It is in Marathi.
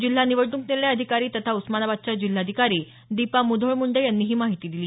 जिल्हा निवडणूक निर्णय अधिकारी तथा उस्मानाबादच्या जिल्हाधिकारी दीपा मुधोळ मुंडे यांनी ही माहिती दिली